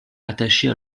attachés